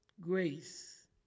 grace